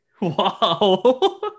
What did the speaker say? wow